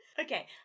Okay